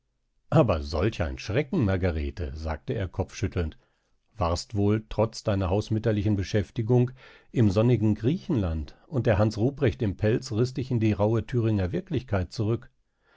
aber solch ein schrecken margarete sagte er kopfschüttelnd warst wohl trotz deiner hausmütterlichen beschäftigung im sonnigen griechenland und der hans ruprecht im pelz riß dich in die rauhe thüringer wirklichkeit zurück